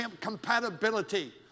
compatibility